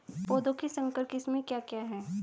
पौधों की संकर किस्में क्या क्या हैं?